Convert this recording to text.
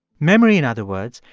memory, in other words,